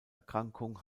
erkrankung